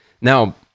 Now